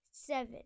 Seven